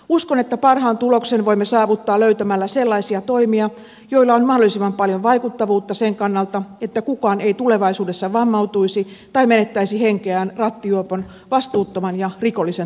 uskon että parhaan tuloksen voimme saavuttaa löytämällä sellaisia toimia joilla on mahdollisimman paljon vaikuttavuutta sen kannalta että kukaan ei tulevaisuudessa vammautuisi tai menettäisi henkeään rattijuopon vastuuttoman ja rikollisen toiminnan takia